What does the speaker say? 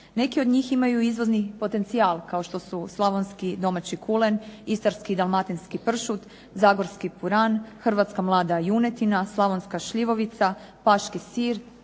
Neki od njih imaju izvozni potencijal, kao što su slavonski domaći kulen, istarski i dalmatinski pršut, zagorski puran, hrvatska mlada junetina, slavonska šljivovica, paški sir,